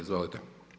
Izvolite.